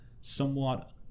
somewhat